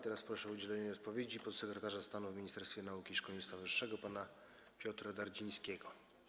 Teraz proszę o udzielenie odpowiedzi podsekretarza stanu w Ministerstwie Nauki i Szkolnictwa Wyższego pana Piotra Dardzińskiego.